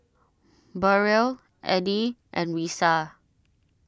Burrell Eddy and Risa